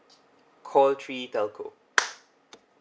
call three telco